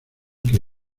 que